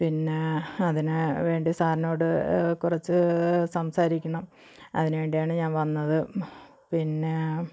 പിന്നെ അതിന് വേണ്ടി സാറിനോട് കുറച്ച് സംസാരിക്കണം അതിന് വേണ്ടിയാണ് ഞാൻ വന്നത് പിന്നെ